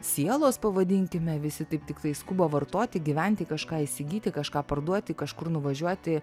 sielos pavadinkime visi taip tiktai skuba vartoti gyventi kažką įsigyti kažką parduoti kažkur nuvažiuoti